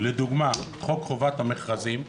לדוגמה חוק חובת המכרזים,